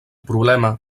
problema